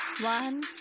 One